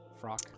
frock